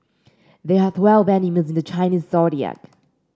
there are twelve animals in the Chinese Zodiac